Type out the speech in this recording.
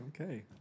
Okay